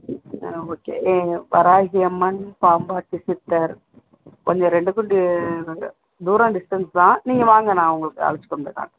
ஆ okay இங்கே வராஹி அம்மன் பாம்பாட்டி சித்தர் கொஞ்சம் ரெண்டுக்கும் டி என்னது தூரம் டிஸ்டன்ஸ் தான் நீங்கள் வாங்க நான் உங்களுக்கு அழைச்சி கொண்டு போய் காட்டுறேன்